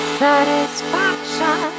satisfaction